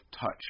touch